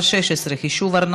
חברי כנסת, חמישה מתנגדים, אין